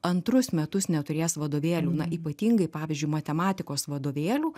antrus metus neturės vadovėlių na ypatingai pavyzdžiui matematikos vadovėlių